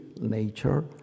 nature